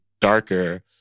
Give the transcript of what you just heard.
darker